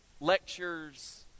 lectures